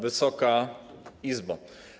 Wysoka Izbo!